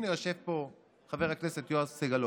הינה, יושב פה חבר הכנסת יואב סגלוביץ',